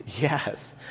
yes